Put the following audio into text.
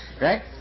Right